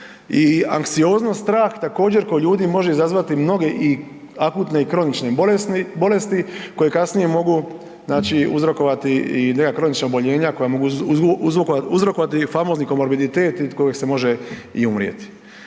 i anksioznost strah također kod ljudi može izazvati mnoge i akutne i kronične bolesti koje kasnije mogu uzrokovati i neka kronična oboljenja koja mogu uzrokovati famozni komorbiditet od kojeg se može umrijeti.